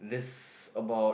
this about